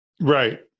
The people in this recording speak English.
Right